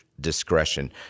discretion